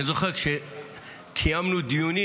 אני זוכר שקיימנו דיונים,